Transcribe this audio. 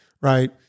right